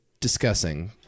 discussing